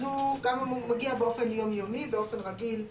אז הוא גם אם מגיע באופן יום-יומי, באופן רגיל,